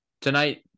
Tonight-